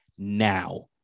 now